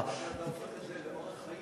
או שאתה הופך את זה לאורח חיים.